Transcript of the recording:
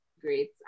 great